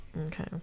Okay